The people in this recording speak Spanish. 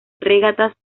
regatas